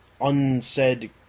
unsaid